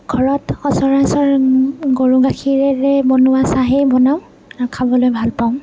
ঘৰত সচৰাচৰ গৰু গাখীৰেৰে বনোৱা চাহেই বনাওঁ আৰু খাবলৈ ভাল পাওঁ